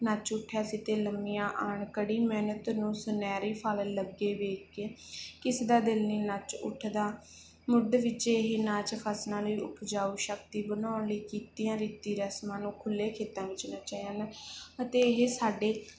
ਨੱਚ ਉੱਠਿਆ ਸੀ ਅਤੇ ਲੰਮੀਆਂ ਆਉਣ ਕੜੀ ਮਿਹਨਤ ਨੂੰ ਸੁਨਹਿਰੀ ਫਲ ਲੱਗੇ ਵੇਖ ਕੇ ਕਿਸੇ ਦਾ ਦਿਲ ਨਹੀਂ ਨੱਚ ਉੱਠਦਾ ਮੁੱਢ ਵਿੱਚ ਇਹ ਨਾਚ ਫਸਲਾਂ ਲਈ ਉਪਜਾਊ ਸ਼ਕਤੀ ਬਣਾਉਣ ਲਈ ਕੀਤੀਆਂ ਰੀਤੀ ਰਸਮਾਂ ਨੂੰ ਖੁੱਲ੍ਹੇ ਖੇਤਾਂ ਵਿੱਚ ਨੱਚਿਆ ਹਨ ਅਤੇ ਇਹ ਸਾਡੇ